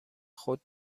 خود